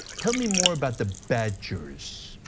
tell me more about the badgers.